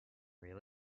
real